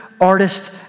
artist